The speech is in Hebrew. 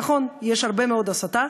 נכון, יש הרבה מאוד הסתה,